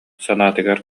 санаатыгар